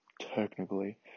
technically